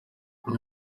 hari